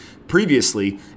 Previously